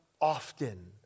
often